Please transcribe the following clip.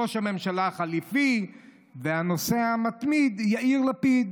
ראש הממשלה החליפי והנוסע המתמיד יאיר לפיד.